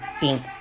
pink